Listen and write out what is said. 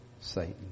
Satan